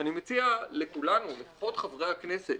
ואני מציע לכולנו, לפחות חברי הכנסת,